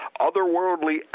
otherworldly